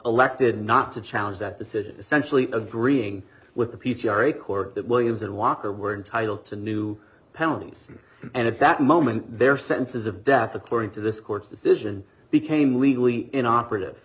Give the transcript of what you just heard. elected not to challenge that decision essentially agreeing with the p c r a court that williams and walker were entitled to new penalties and at that moment their senses of death according to this court's decision became legally in operative